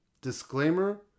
Disclaimer